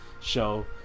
show